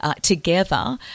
together